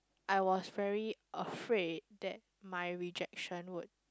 I was very afraid that my rejection would